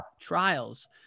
trials